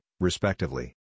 respectively